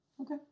Okay